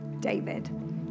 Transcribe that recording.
David